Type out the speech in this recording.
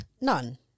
None